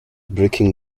breaking